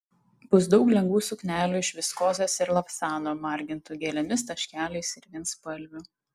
bus daug lengvų suknelių iš viskozės ir lavsano margintų gėlėmis taškeliais ir vienspalvių